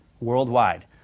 worldwide